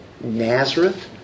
Nazareth